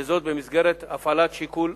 וזאת במסגרת הפעלת שיקול